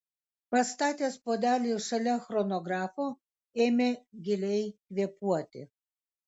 pastatęs puodelį šalia chronografo ėmė giliai kvėpuoti